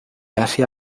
asia